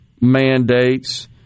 mandates